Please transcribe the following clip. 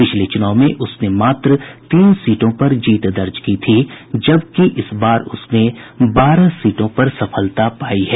पिछले चुनाव में उसने मात्र तीन सीटों पर जीत दर्ज की थी जबकि इस बार उसने बारह सीटों पर सफलता पायी है